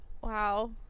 Wow